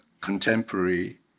contemporary